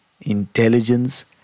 intelligence